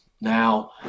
Now